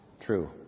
true